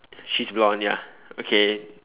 she's blonde ya okay